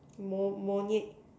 more more